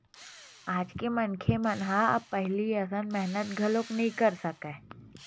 आज के मनखे मन ह अब पहिली असन मेहनत घलो नइ कर सकय